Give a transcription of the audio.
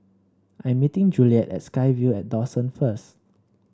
I'm meeting Juliette at SkyVille and Dawson first